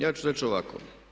Ja ću reći ovako.